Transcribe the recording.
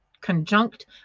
conjunct